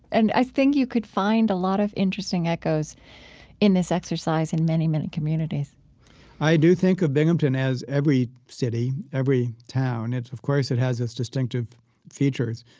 and i think you could find a lot of interesting echoes in this exercise in many, many communities i do think of binghamton as every city, every town. of course, it has its distinctive features,